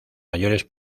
mayores